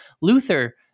Luther